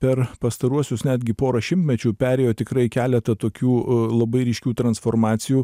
per pastaruosius netgi porą šimtmečių perėjo tikrai keletą tokių labai ryškių transformacijų